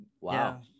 Wow